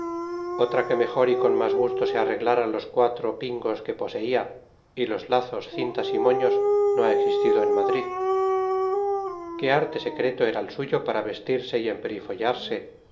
otra que mejor y con más gusto se arreglara los cuatro pingos que poseía y los lazos cintas y moños no ha existido en madrid qué arte secreto era el suyo para vestirse y emperifollarse